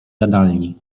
jadalni